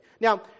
Now